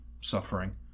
suffering